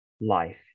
life